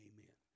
Amen